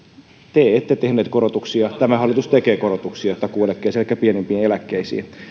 te ette tehneet korotuksia tämä hallitus tekee korotuksia takuueläkkeeseen elikkä pienimpiin eläkkeisiin